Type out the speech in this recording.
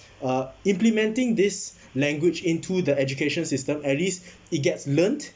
uh implementing this language into the education system at least it gets learned